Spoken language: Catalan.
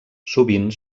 sovint